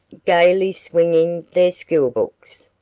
gaily swinging their school books.